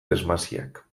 desmasiak